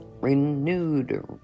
renewed